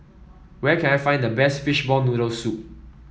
where can I find the best Fishball Noodle Soup